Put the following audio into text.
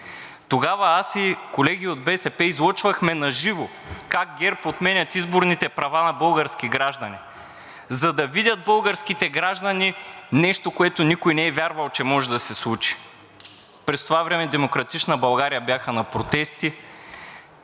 Тогава аз и колеги от БСП излъчвахме на живо как ГЕРБ отменят изборните права на български граждани, за да видят българските граждани нещо, което никой не е вярвал, че може да се случи. През това време „Демократична България“ бяха на протести